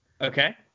Okay